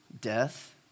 Death